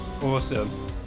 awesome